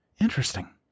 Interesting